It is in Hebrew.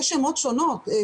יש שמות שונים.